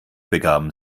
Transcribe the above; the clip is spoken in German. begaben